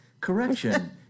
correction